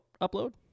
upload